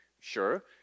Sure